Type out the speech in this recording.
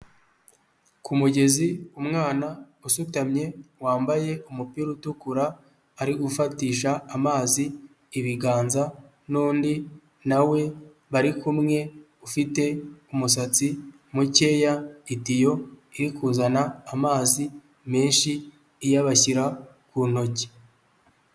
Ku mugezi umwana usutamye wambaye umupira utukura, ari gufatisha amazi ibiganza, n'undi na we bari kumwe ufite umusatsi mukeya, itiyo iri kuzana amazi menshi iyabashyira ku ntoki.